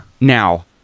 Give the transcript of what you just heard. Now